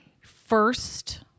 first –